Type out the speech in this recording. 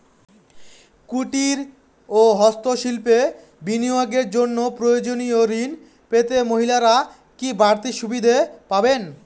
কুটীর ও হস্ত শিল্পে বিনিয়োগের জন্য প্রয়োজনীয় ঋণ পেতে মহিলারা কি বাড়তি সুবিধে পাবেন?